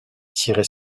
tirer